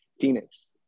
Phoenix